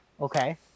Okay